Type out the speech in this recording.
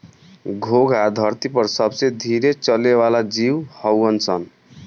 घोंघा धरती पर सबसे धीरे चले वाला जीव हऊन सन